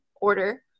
order